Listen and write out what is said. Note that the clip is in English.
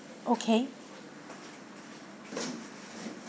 okay